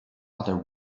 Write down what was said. other